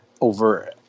over